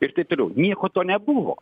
ir taip toliau nieko to nebuvo